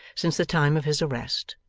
since the time of his arrest,